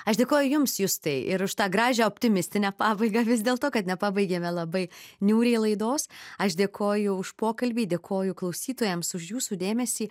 aš dėkoju jums justai ir už tą gražią optimistinę pabaigą vis dėl to kad nepabaigėme labai niūriai laidos aš dėkoju už pokalbį dėkoju klausytojams už jūsų dėmesį